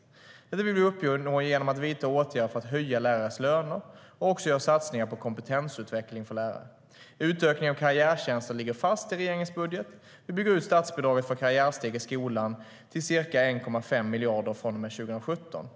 Detta vill vi uppnå genom att vidta åtgärder för att höja lärarnas löner och också göra satsningar på kompetensutveckling för lärare. Utökningen av karriärtjänster ligger fast i regeringens budget. Vi bygger ut statsbidraget för karriärsteg i skolan till ca 1,5 miljarder från och med 2017.